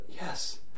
yes